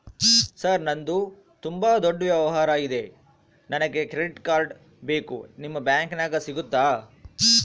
Sir ನಂದು ತುಂಬಾ ದೊಡ್ಡ ವ್ಯವಹಾರ ಇದೆ ನನಗೆ ಕ್ರೆಡಿಟ್ ಕಾರ್ಡ್ ಬೇಕು ನಿಮ್ಮ ಬ್ಯಾಂಕಿನ್ಯಾಗ ಸಿಗುತ್ತಾ?